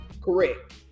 correct